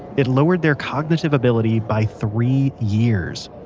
it lowered their cognitive ability by three years.